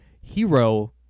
Hero